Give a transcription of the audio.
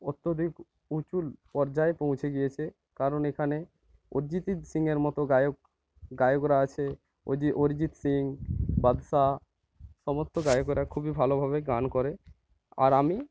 অত্যধিক উঁচু পর্যায়ে পৌঁছে গিয়েছে কারণ এখানে অরিজিৎ সিংয়ের মতো গায়ক গায়করা আছে অরিজিৎ সিং বাদশা সমস্ত গায়কেরা খুবই ভালোভাবে গান করে আর আমি